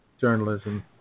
journalism